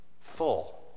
Full